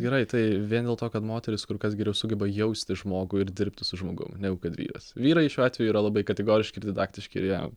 gerai tai vien dėl to kad moterys kur kas geriau sugeba jausti žmogų ir dirbti su žmogum negu kad vyras vyrai šiuo atveju yra labai kategoriški ir didaktiški ir jie